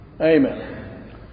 Amen